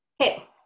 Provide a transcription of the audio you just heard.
Okay